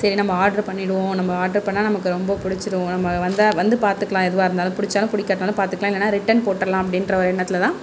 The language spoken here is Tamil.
சரி நம்ப ஆர்ட்ரு பண்ணிடுவோம் நம்ப ஆர்ட்ரு பண்ணால் நமக்கு ரொம்ப பிடிச்சிருவோம் நம்ம வந்தா வந்து பார்த்துக்கலாம் எதுவாக இருந்தாலும் பிடிச்சாலும் பிடிக்காட்னாலும் பார்த்துக்கலாம் இல்லைனா ரிட்டர்ன் போட்டுடலாம் அப்படின்ற ஒரு எண்ணத்தில் தான்